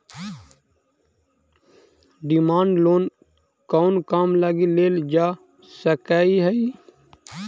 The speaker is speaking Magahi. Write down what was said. डिमांड लोन कउन काम लगी लेल जा सकऽ हइ?